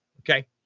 okay